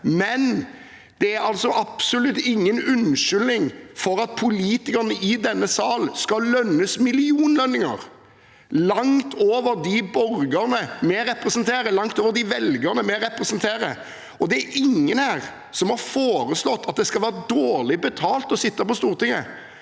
Men det er absolutt ingen unnskyldning for at politikerne i denne sal skal ha millionlønninger langt over lønningene til de borgerne og velgerne vi representerer. Det er ingen her som har foreslått at det skal være dårlig betalt å sitte på Stortinget,